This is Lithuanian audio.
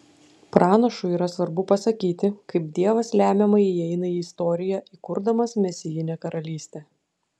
pranašui yra svarbu pasakyti kaip dievas lemiamai įeina į istoriją įkurdamas mesijinę karalystę